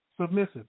submissive